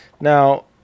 Now